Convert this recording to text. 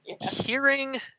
Hearing